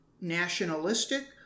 nationalistic